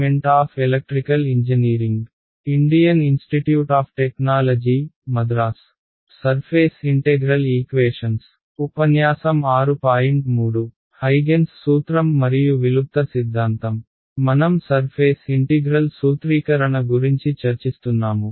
మనం surface integral సూత్రీకరణ గురించి చర్చిస్తున్నాము